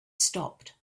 stopped